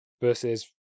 versus